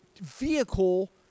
vehicle